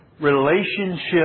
relationship